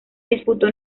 disputó